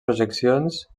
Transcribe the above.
projeccions